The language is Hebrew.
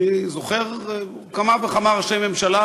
אני זוכר כמה וכמה ראשי ממשלה,